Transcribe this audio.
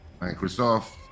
Microsoft